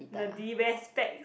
nerdy wear specs